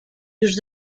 just